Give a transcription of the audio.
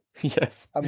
yes